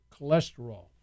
cholesterol